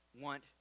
want